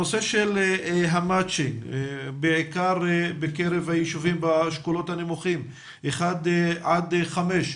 הנושא של המצ'ינג בעיקר בקרב היישובים באשכולות הנמוכים 1 עד 5,